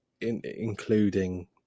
including